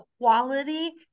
quality